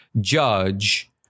Judge